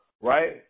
right